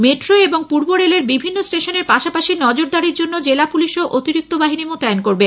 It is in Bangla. মেট্রো এবং পূর্ব রেলের বিভিন্ন স্টেশনের পাশাপাশি নজরদারির জন্য জেলা পুলিশও অতিরিক্ত বাহিনী মোতায়েন করবে